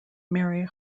mary